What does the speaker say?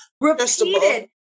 repeated